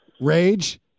Rage